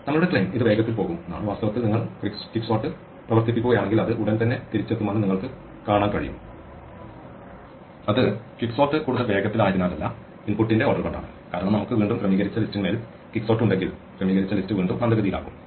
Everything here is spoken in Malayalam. നമ്മളുടെ ക്ലെയിം ഇത് വേഗത്തിൽ പോകും വാസ്തവത്തിൽ നിങ്ങൾ ക്വിക്ക്സോർട്ട് പ്രവർത്തിപ്പിക്കുകയാണെങ്കിൽ അത് ഉടൻ തന്നെ തിരിച്ചെത്തുമെന്ന് നിങ്ങൾക്ക് കാണാൻ കഴിയും അത് ക്വിക്ക്സോർട്ട് കൂടുതൽ വേഗത്തിലായതിനാലല്ല ഇൻപുട്ടിന്റെ ക്രമം കൊണ്ടാണ് കാരണം നമുക്ക് വീണ്ടും ക്രമീകരിച്ച ലിസ്റ്റിൻമേൽ ക്വിക്സോർട്ട് ഉണ്ടെങ്കിൽ ക്രമീകരിച്ച ലിസ്റ്റ് വീണ്ടും മന്ദഗതിയിലാകും